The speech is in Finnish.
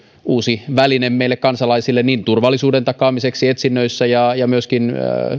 uusi väline meille kansalaisille niin turvallisuuden takaamiseksi etsinnöissä ja ja myöskin